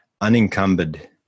unencumbered